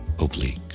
Oblique